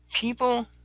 People